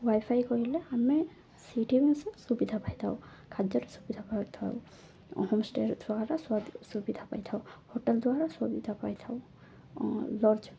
Y FI କହିଲେ ଆମେ ସେଠି ସୁବିଧା ପାଇଥାଉ ଖାଦ୍ୟରେ ସୁବିଧା ପାଇଥାଉ ହୋମ୍ ଷ୍ଟେ ଦ୍ୱାରା ସୁବିଧା ପାଇଥାଉ ହୋଟେଲ ଦ୍ୱାରା ସୁବିଧା ପାଇଥାଉ ଲଜ୍